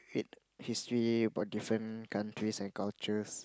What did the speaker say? read history about different countries and cultures